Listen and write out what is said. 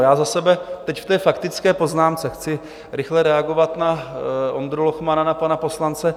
Já za sebe teď ve faktické poznámce chci rychle reagovat na Ondru Lochmana, na pana poslance.